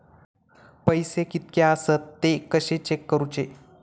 पैसे कीतके आसत ते कशे चेक करूचे?